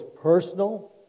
personal